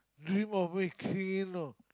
dream of making it you know